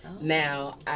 Now